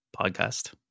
podcast